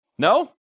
No